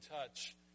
touch